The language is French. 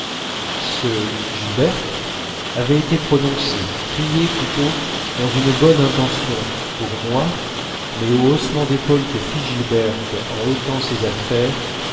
ce gilberte avait été prononcé crié plutôt dans une bonne intention pour moi mais au haussement d'épaules que fit gilberte en ôtant ses affaires